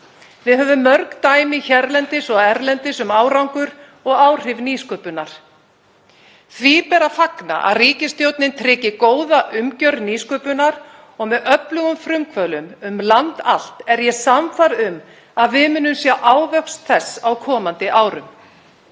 Við höfum mörg dæmi hérlendis og erlendis um árangur og áhrif nýsköpunar. Því ber að fagna að ríkisstjórnin tryggi góða umgjörð nýsköpunar og með öflugum frumkvöðlum um land allt er ég sannfærð um að við munum sjá ávöxt þess á komandi árum.